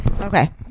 Okay